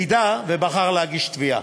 אם בחר להגיש תביעה.